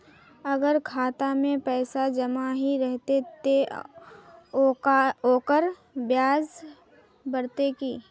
अगर खाता में पैसा जमा ही रहते ते ओकर ब्याज बढ़ते की?